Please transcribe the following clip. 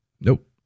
Nope